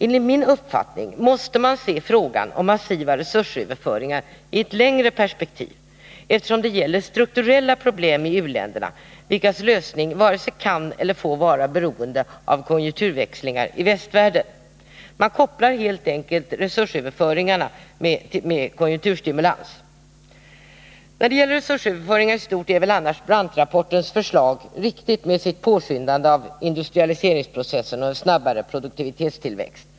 Enligt min uppfattning måste man se frågan om massiva resursöverföringar i ett längre perspektiv, eftersom det gäller strukturella problem i u-länderna, vilkas lösning varken kan eller får vara beroende av konjunkturväxlingar i västvärlden. Man kopplar helt enkelt samman resursöverföringarna med konjunkturstimulans. När det gäller resursöverföringen i stort är väl annars Brandt-rapportens 83 förslag riktigt med sitt påskyndande av industrialiseringsprocessen och en snabbare produktivitetstillväxt.